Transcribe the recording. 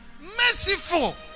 merciful